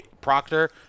Proctor